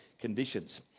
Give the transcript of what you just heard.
conditions